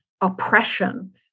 oppression